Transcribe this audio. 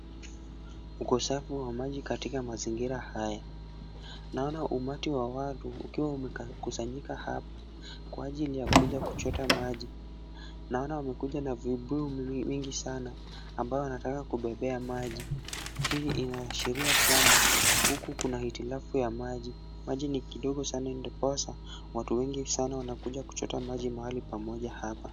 Ukosefu wa maji katika mazingira haya. Naona umati wa watu ukiwa umekusanyika hapa kwa ajili ya kuja kuchota maji. Naona wamekuja na vibuyu mingi sana, ambayo wanataka kubebea maji. Hii inaashiria kwamba huku kuna hitilafu ya maji. Maji ni kidogo sana ndiposa watu wengi sana wanakuja kuchota maji mahali pamoja hapa.